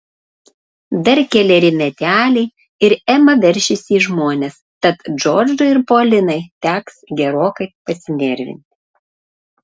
dar keleri meteliai ir ema veršis į žmones tad džordžui ir polinai teks gerokai pasinervinti